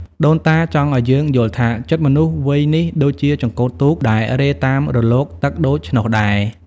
ដូនតាចង់ឱ្យយើងយល់ថា ចិត្តមនុស្សវ័យនេះដូចជាចង្កូតទូកដែលរេតាមរលកទឹកដូច្នោះដែរ។